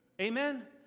Amen